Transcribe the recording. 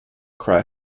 cry